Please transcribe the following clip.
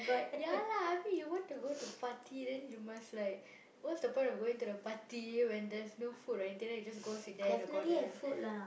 ya lah I mean you want to go to party then you must like what's the point of going to the party when there's no food and then you just go sit there in the corner